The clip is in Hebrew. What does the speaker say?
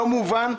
לא מובן.